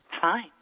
Fine